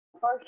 First